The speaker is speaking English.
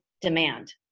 demand